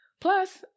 Plus